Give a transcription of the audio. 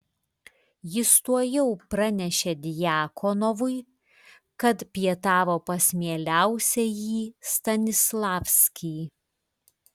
jis tuojau pranešė djakonovui kad pietavo pas mieliausiąjį stanislavskį